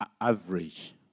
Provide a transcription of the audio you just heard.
average